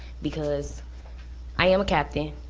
because i am a captain,